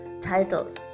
titles